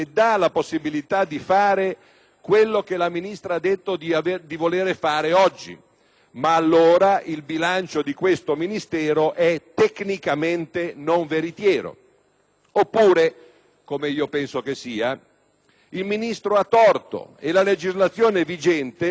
ma allora il bilancio di questo Ministero è tecnicamente non veritiero; oppure - come io penso che sia - il Ministro ha torto e la legislazione vigente non consente al Ministro stesso di fare quello che oggi il Ministro ha annunciato.